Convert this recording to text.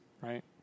right